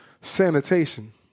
sanitation